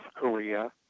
Korea